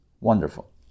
Wonderful